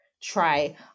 Try